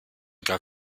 gar